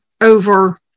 over